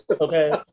Okay